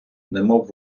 немов